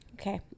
Okay